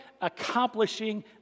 accomplishing